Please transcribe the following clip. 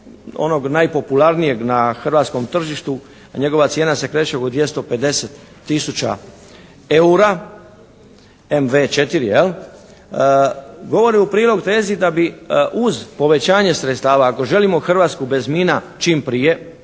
onog najpopularnijeg na hrvatskom tržištu, njegova cijena se kreće oko 250 tisuća eura MV4 jel', govori u prilog tezi da bi uz povećanje sredstava ako želimo Hrvatsku bez mina čim prije,